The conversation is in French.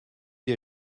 les